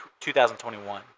2021